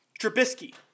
Trubisky